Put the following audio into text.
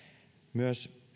myös